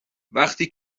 وقتی